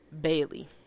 Bailey